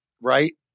Right